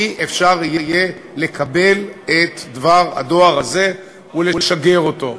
לא יהיה אפשר לקבל את דבר הדואר הזה ולשגר אותו.